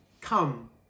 come